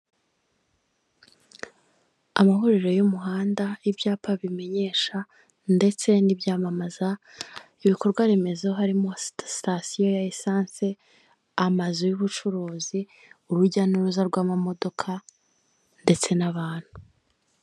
Amahuriro y'umuhanda ibyapa bimenyesha, ndetse n'ibyamamaza ibikorwa remezo harimo sitasiyo ya lisansi, amazu y'ubucuruzi urujya n'uruza rw'amamodoka ndetse n'abantu.